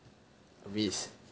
a risk